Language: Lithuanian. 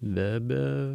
be be